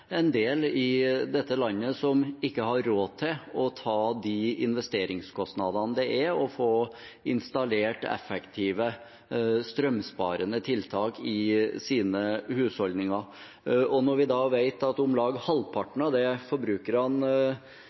en del i dette landet som ikke har råd til å ta de investeringskostnadene det er å få installert effektive strømsparende tiltak i sine husholdninger. Når vi da vet at om lag halvparten av det forbrukerne